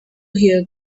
hear